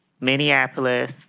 Minneapolis